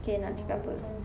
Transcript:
okay nak cakap apa